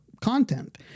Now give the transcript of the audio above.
content